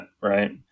Right